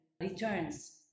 returns